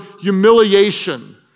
humiliation